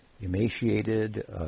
emaciated